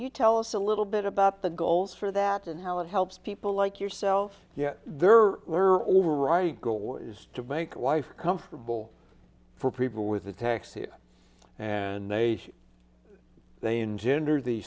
you tell us a little bit about the goals for that and how it helps people like yourself yet there are overriding goal is to make life comfortable for people with attacks here and they they engender the